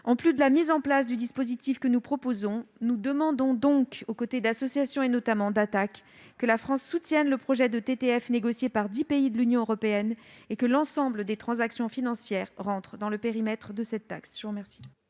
En plus de la mise en place du dispositif que nous proposons, nous demandons donc, aux côtés des associations, notamment d'Attac, que la France soutienne le projet de TTF négocié par dix pays de l'Union européenne et que l'ensemble des transactions financières entre dans le périmètre de cette taxe. L'amendement